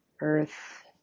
Earth